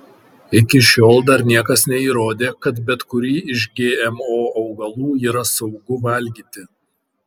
iki šiol dar niekas neįrodė kad bet kurį iš gmo augalų yra saugu valgyti